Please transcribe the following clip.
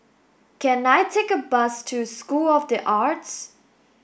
can I take a bus to School of The Arts